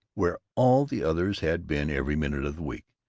where all the others had been every minute of the week.